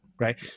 right